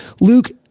Luke